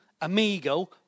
amigo